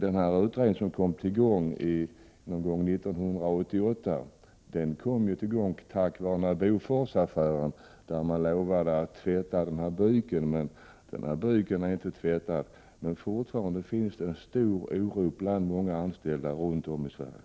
Den utredning som kom i gång någon gång 1988 tillsattes tack vare Boforsaffären, där man lovade att tvätta byken. Byken är dock inte tvättad. Fortfarande finns det stor oro bland många anställda runt om i Sverige.